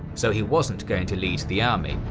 so he wasn't going to lead the army,